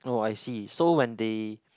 oh I see so when they